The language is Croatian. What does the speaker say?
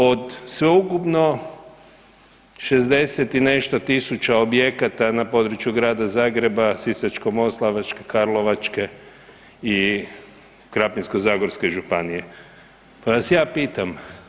Od sveukupno 60 i nešto tisuća objekata na području Grada Zagreba, Sisačko-moslavačke, Karlovačko i Krapinsko-zagorske županije, pa vas ja pitam.